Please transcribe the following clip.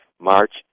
March